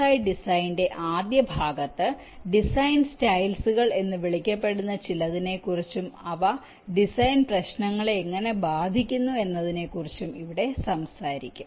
I ഡിസൈനിന്റെ ആദ്യ ഭാഗത്ത് ഡിസൈൻ സ്റ്റൈൽസുകൾ എന്ന് വിളിക്കപ്പെടുന്ന ചിലതിനെക്കുറിച്ചും അവ ഡിസൈൻ പ്രശ്നങ്ങളെ എങ്ങനെ ബാധിക്കുന്നു എന്നതിനെക്കുറിച്ചും ഇവിടെ സംസാരിക്കും